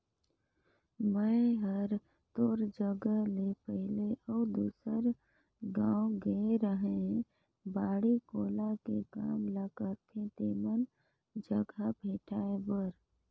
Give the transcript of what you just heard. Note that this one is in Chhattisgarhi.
मेंए हर तोर जगह ले पहले अउ दूसर गाँव गेए रेहैं बाड़ी कोला के काम ल करथे तेमन जघा भेंटाय बर